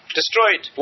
destroyed